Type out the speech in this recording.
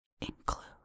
include